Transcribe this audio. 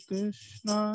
Krishna